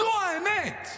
זו האמת.